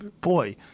boy